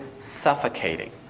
suffocating